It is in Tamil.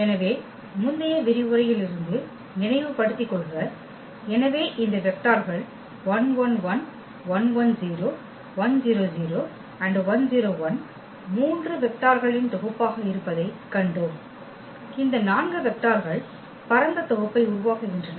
எனவே முந்தைய விரிவுரையில் இருந்து நினைவுபடுத்திக் கொள்க எனவே இந்த வெக்டர்கள் 3 வெக்டர்களின் தொகுப்பாக இருப்பதைக் கண்டோம் இந்த 4 வெக்டர்கள் பரந்த தொகுப்பை உருவாக்குகின்றன